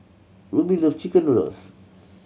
Rubye love chicken noodles